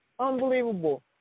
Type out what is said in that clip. Unbelievable